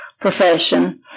profession